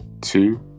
two